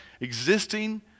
existing